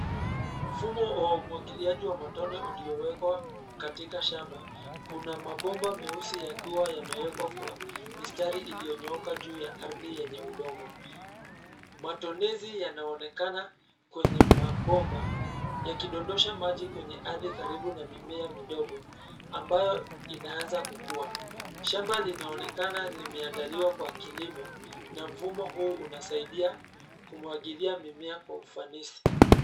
Mfumo wa umwagiliaji wa matone uliowekwa katika shamba, kuna mabomba meusi yakiwa yamewekwa kwa mistari iliyonyooka juu ya ardhi yenye udongo. Matonezi yanaonekana kwenye mabomba, yakidondosha maji kwenye ardhi karibu na mimea ambayo imeanza kukua. Shamba linaonekana limeandaliwa kwa kilimo na mfumo huu unasaidia kumwagilia mimea kwa ufanisi.